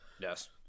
Yes